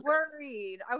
Worried